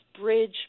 bridge